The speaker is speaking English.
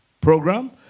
program